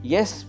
Yes